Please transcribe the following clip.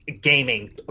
gaming